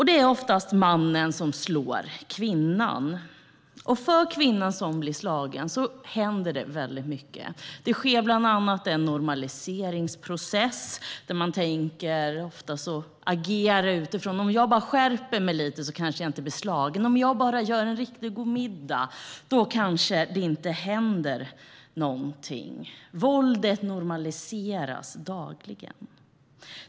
Det är oftast mannen som slår kvinnan. För kvinnan som blir slagen händer det mycket. Det sker bland annat en normaliseringsprocess där hon tänker och agerar på ett visst sätt: Om jag bara skärper mig lite kanske jag inte blir slagen. Om jag bara gör en riktigt god middag kanske det inte händer någonting. Våldet normaliseras dagligen.